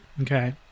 Okay